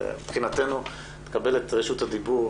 מבחינתנו תקבל את רשות הדיבור